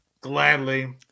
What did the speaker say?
Gladly